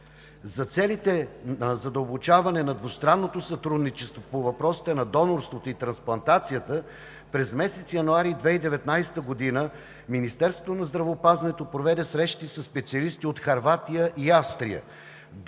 За целите на задълбочаване на двустранното сътрудничество по въпросите на донорството и трансплантацията, през месец януари 2019 г. Министерството на здравеопазването проведе срещи със специалисти от Хърватия и Австрия: